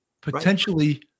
potentially